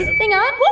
ah thing on?